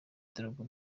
drogba